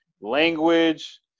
language